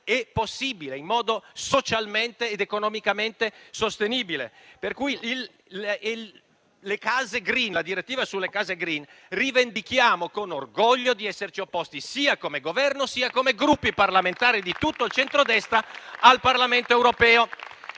possibile e socialmente ed economicamente sostenibile. Rispetto alla direttiva sulle case*green*, rivendichiamo con orgoglio di esserci opposti, sia come Governo, sia come Gruppi parlamentari di tutto il centrodestra al Parlamento europeo.